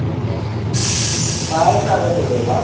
okay okay പായസം അങ്ങനത്തെ ഒന്നുമില്ലെടാ